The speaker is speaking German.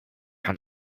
hat